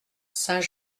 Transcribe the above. saint